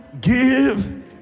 give